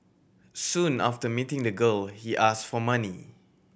soon after meeting the girl he ask for money